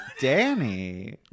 Danny